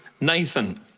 Nathan